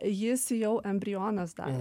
jis jau embrionas dar